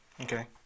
Okay